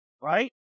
right